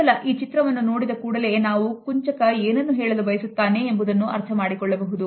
ಕೇವಲ ಈ ಚಿತ್ರವನ್ನು ನೋಡಿದ ಕೂಡಲೇ ನಾವು ಕುಂಚಕ ಏನನ್ನು ಹೇಳಲು ಬಯಸುತ್ತಾನೆ ಎಂಬುದನ್ನು ಅರ್ಥಮಾಡಿಕೊಳ್ಳಬಹುದು